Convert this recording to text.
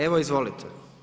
Evo izvolite.